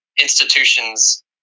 institutions